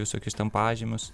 visokius ten pažymius